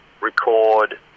record